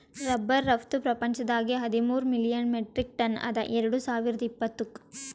rubber ರಫ್ತು ಪ್ರಪಂಚದಾಗೆ ಹದಿಮೂರ್ ಮಿಲಿಯನ್ ಮೆಟ್ರಿಕ್ ಟನ್ ಅದ ಎರಡು ಸಾವಿರ್ದ ಇಪ್ಪತ್ತುಕ್